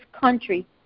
country